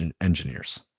engineers